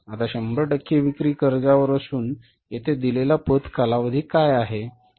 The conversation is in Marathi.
आता १०० टक्के विक्री कर्जावर असून येथे दिलेला पत कालावधी काय आहे